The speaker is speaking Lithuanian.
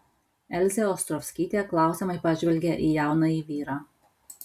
elzė ostrovskytė klausiamai pažvelgė į jaunąjį vyrą